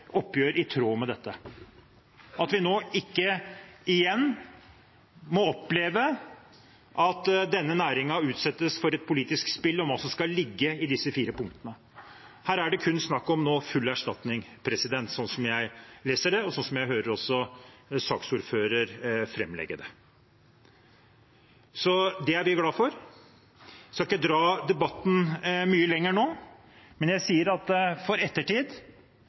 oppgjør i tråd med dette, og at vi nå ikke igjen må oppleve at denne næringen utsettes for et politisk spill om hva som skal ligge i disse fire forslagene. Her er det nå kun snakk om full erstatning, slik jeg leser det, og slik jeg hører også saksordføreren framlegge det. Det er vi glade for. Jeg skal ikke dra debatten mye lenger nå, men jeg sier at for